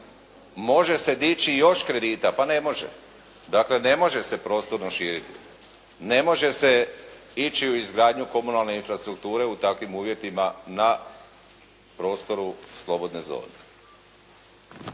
može se dići još kredita? Pa ne može. Dakle, ne može se prostorno širiti, ne može se ići u izgradnju komunalne infrastrukture u takvim uvjetima na prostoru slobodne zone.